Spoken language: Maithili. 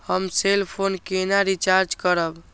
हम सेल फोन केना रिचार्ज करब?